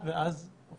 אמרתי, הנהגנו שיח חדש.